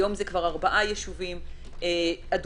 היום זה כבר ארבעה יישובים אדומים,